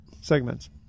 segments